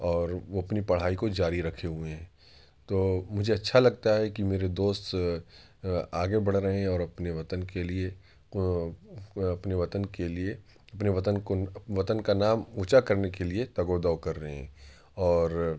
اور وہ اپنی پڑھائی کو جاری رکھے ہوئے ہیں تو مجھے اچھا لگتا ہے کہ میرے دوست آگے بڑھ رہے ہیں اور اپنے وطن کے لیے اپنے وطن کے لیے اپنے وطن کو وطن کا نام اونچا کرنے کے لیے تگ و دو کر رہے ہیں اور